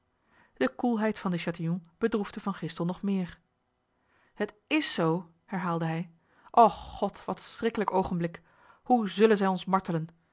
de koelheid van de chatillon bedroefde van gistel nog meer het is zo herhaalde hij och god wat schriklijk ogenblik hoe zullen zij ons martelen